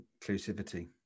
inclusivity